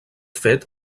fet